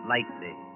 Lightly